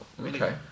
Okay